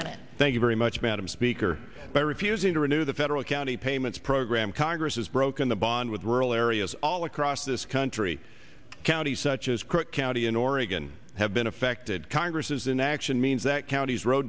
that thank you very much madam speaker by refusing to renew the federal county payments program congress has broken the bond with rural areas all across this country counties such as cook county in oregon have been affected congress's inaction means that county's ro